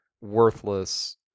worthless